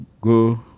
go